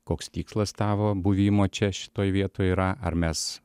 koks tikslas tavo buvimo čia šitoj vietoj yra ar mes